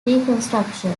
reconstruction